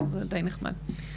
וזה נחמד מאוד.